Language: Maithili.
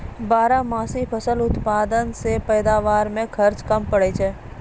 बारहमासी फसल उत्पादन से पैदावार मे खर्च कम पड़ै छै